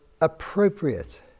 appropriate